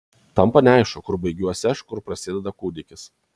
tampa neaišku kur baigiuosi aš kur prasideda kūdikis